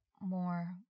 more